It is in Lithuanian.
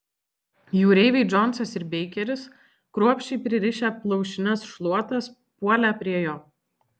jūreiviai džonsas ir beikeris kruopščiai pririšę plaušines šluotas puolė prie jo